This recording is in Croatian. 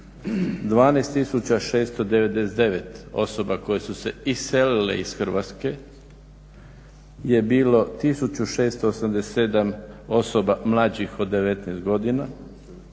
12699 osoba koje su se iselile iz Hrvatske je bilo 1687 osoba mlađih od 19 godina.